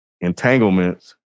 Entanglements